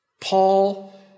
Paul